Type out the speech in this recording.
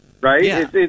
right